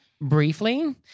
briefly